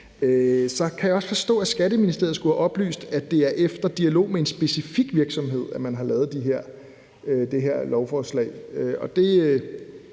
Så kan jeg også forstå, at Skatteministeriet skulle have oplyst, at det er efter dialog med en specifik virksomhed, at man har lavet det her lovforslag.